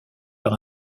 par